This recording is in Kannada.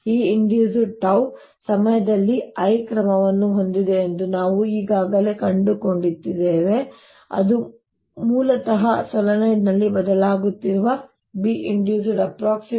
ಆದ್ದರಿಂದ Einduced 𝜏 ಸಮಯದಲ್ಲಿ l ಕ್ರಮವನ್ನು ಹೊಂದಿದೆ ಎಂದು ನಾವು ಈಗಾಗಲೇ ಕಂಡುಕೊಂಡಿದ್ದೇವೆ ಅದು ಮೂಲತಃ ಸೊಲೀನಾಯ್ಡ್ನಲ್ಲಿ ಬದಲಾಗುತ್ತಿರುವBinduced l𝜏 c2